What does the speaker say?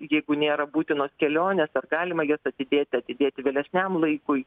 jeigu nėra būtinos kelionės ar galima jas atidėti atidėti vėlesniam laikui